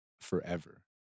forever